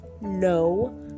No